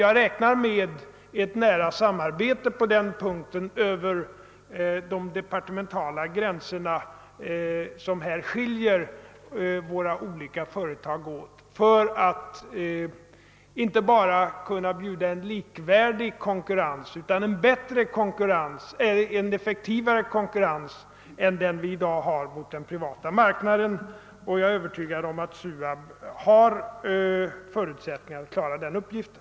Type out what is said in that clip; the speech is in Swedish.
Jag räknar med ett nära samarbete på den punkten över de departementala gränser, som skiljer våra olika företag åt, för att kunna bjuda den privata marknaden inte bara en likvärdig konkurrens utan en effektivare konkurrens. Jag är övertygad om att SUAB har förutsättningar att klara den uppgiften.